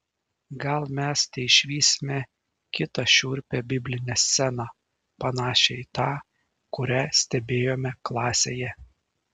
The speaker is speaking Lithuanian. gal mes teišvysime kitą šiurpią biblinę sceną panašią į tą kurią stebėjome klasėje